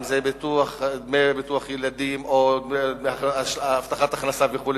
אם דמי ביטוח ילדים או הבטחת הכנסה וכו'